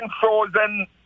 frozen